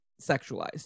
sexualized